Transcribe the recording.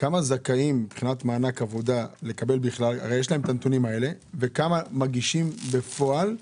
כמה זכאים מבחינת מענק עבודה לקבל וכמה מגישים בפועל.